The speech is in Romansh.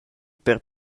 per